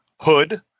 hood